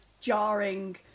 jarring